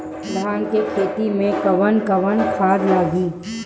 धान के खेती में कवन कवन खाद लागी?